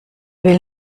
will